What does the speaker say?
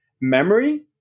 memory